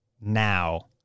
now